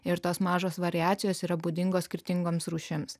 ir tos mažos variacijos yra būdingos skirtingoms rūšims